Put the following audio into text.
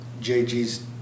JG's